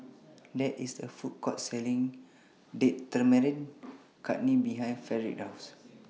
There IS A Food Court Selling Date Tamarind Chutney behind Fredric's House